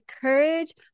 courage